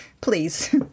Please